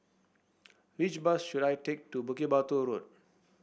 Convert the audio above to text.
which bus should I take to Bukit Batok Road